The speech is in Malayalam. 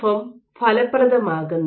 എം ഫലപ്രദമാകുന്നത്